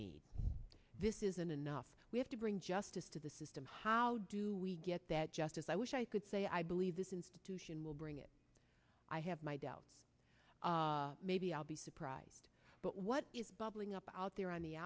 need this isn't enough we have to bring justice to the system how do we get that justice i wish i could say i believe this institution will bring it i have my doubts maybe i'll be surprised but what is bubbling up out there on the